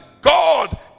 God